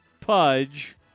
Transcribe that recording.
Pudge